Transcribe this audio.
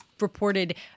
reported